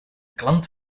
klant